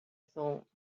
thought